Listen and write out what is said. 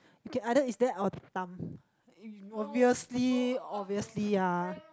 okay either it's that or Tham it obviously obviously ah